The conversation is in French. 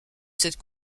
cette